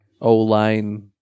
O-line